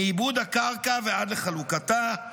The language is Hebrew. מעיבוד הקרקע ועד לחלוקתה,